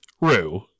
Rue